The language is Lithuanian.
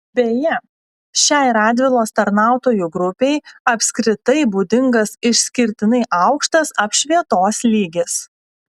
beje šiai radvilos tarnautojų grupei apskritai būdingas išskirtinai aukštas apšvietos lygis